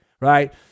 right